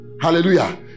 hallelujah